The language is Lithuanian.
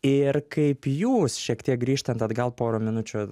ir kaip jūs šiek tiek grįžtant atgal porą minučių